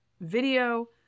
video